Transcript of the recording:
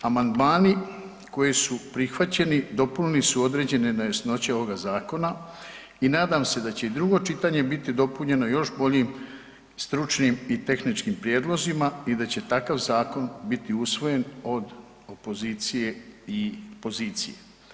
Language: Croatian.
Amandmani koji su prihvaćeni, dopunili su određene nejasnoće ovoga zakona i nadam se da će i drugo čitanje biti dopunjeno još boljim, stručnim i tehničkim prijedlozima i da će takav zakon biti usvojen od opozicije i pozicije.